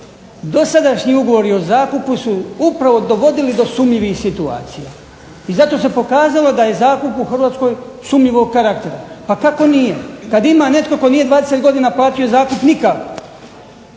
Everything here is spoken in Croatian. dosadašnji ugovori o zakupu su upravo dogodili do sumnjivih situacija. I zato se pokazalo da je zakup u Hrvatskoj sumnjivog karaktera. Pa kako da nije, kada ima netko tko nije 20 godina platio zakup nikako.